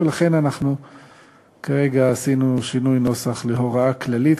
ולכן אנחנו שינינו את הנוסח להוראה כללית,